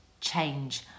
change